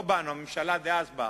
לא באנו, הממשלה דאז באה.